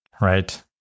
Right